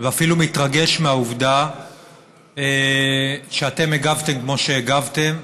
ואפילו מתרגש מהעובדה שאתם הגבתם כמו שהגבתם.